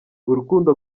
urukundo